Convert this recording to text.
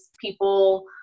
people